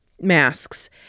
masks